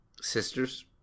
sisters